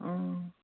ꯑꯪ